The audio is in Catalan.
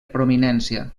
prominència